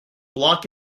block